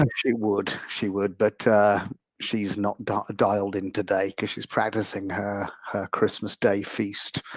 um she would, she would, but she's not not dialed in today because she's practicing her her christmas day feast.